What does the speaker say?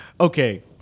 okay